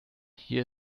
hier